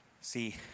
See